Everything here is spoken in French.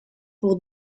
pour